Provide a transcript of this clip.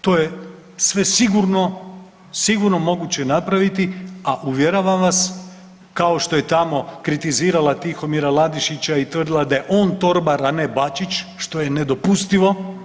To je sve sigurno, sigurno moguće napraviti, a uvjeravam vas kao što je tamo kritizirala Tihomira Ladišića i tvrdila da je on torbar a ne Bačić što je nedopustivo.